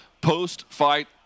post-fight